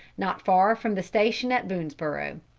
not far from the station at boonesborough.